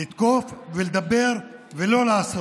לתקוף ולדבר ולא לעשות.